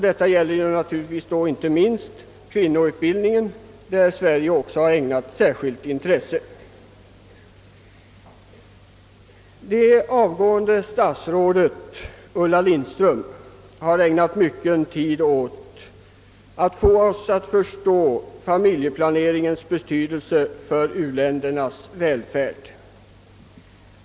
Detta gäller naturligtvis inte minst kvinnoutbildningen, som också Sverige ägnat särskilt intresse åt. Det avgående statsrådet Ulla Lindström har ägnat mycken tid åt att få oss att förstå familjeplaneringens betydelse för u-ländernas välfärd.